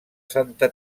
santa